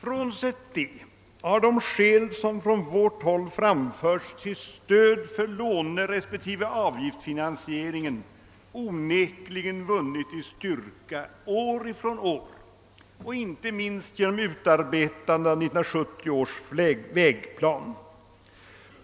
Frånsett detta har de skäl som från vårt håll framförts till stöd för låne respektive avgiftsfinansieringen onekligen vunnit i styrka år från år och inte minst genom utarbetandet av 1970 års vägplan.